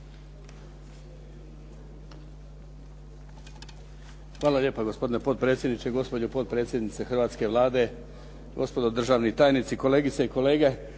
Hvala lijepa. Gospodine potpredsjedniče, gospođo potpredsjednice hrvatske Vlade, gospodo državni tajnice, kolegice i kolege.